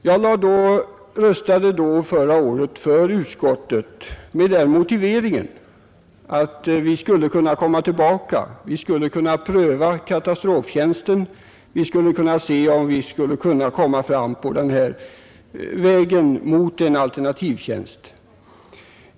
Jag röstade förra året för utskottets förslag med den motiveringen att vi skulle kunna pröva katastroftjänsten, och vi skulle kunna se om vi kunde komma fram på den här vägen mot en alternativtjänst.